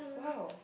!wow!